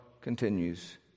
continues